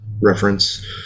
reference